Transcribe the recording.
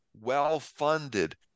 well-funded